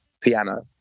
piano